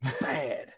bad